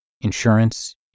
insurance